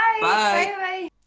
Bye